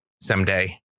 someday